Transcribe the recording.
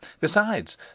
Besides